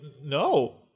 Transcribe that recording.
no